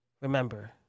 remember